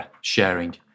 sharing